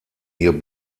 hier